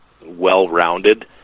well-rounded